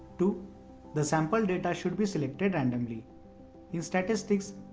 two the sample data should be selected randomly in statistics,